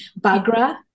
Bagra